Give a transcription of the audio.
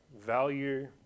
value